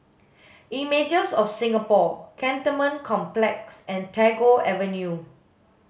images of Singapore Cantonment Complex and Tagore Avenue